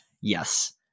Yes